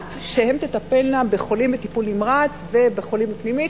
מנת שהן תטפלנה בחולים בטיפול נמרץ ובחולים בפנימית,